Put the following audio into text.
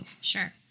Sure